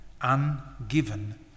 ungiven